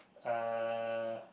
uh